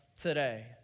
today